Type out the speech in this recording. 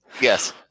Yes